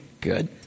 good